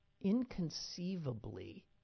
inconceivably